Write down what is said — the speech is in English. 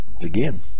again